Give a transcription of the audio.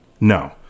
No